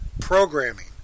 programming